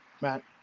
Matt